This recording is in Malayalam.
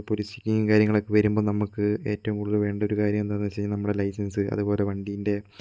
കാര്യങ്ങളൊക്കെ വരുമ്പോൾ നമുക്ക് ഏറ്റവും കൂടുതല് വേണ്ടൊരു കാര്യം എന്താന്ന് വെച്ച് കഴിഞ്ഞാൽ നമ്മളെ ലൈസൻസ് അതുപോലെ വണ്ടീൻ്റെ